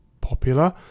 popular